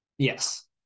Yes